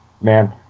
Man